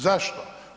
Zašto?